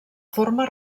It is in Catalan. forma